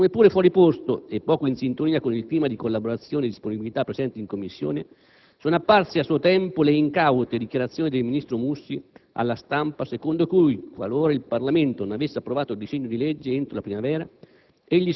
Come pure fuori posto e poco in sintonia con il clima di collaborazione e disponibilità presente in Commissione, sono apparse, a suo tempo, le incaute dichiarazioni del ministro Mussi alla stampa secondo cui, qualora il Parlamento non avesse approvato il disegno di legge entro la primavera,